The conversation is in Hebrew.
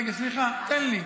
רגע, סליחה, תן לי.